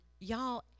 y'all